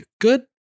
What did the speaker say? good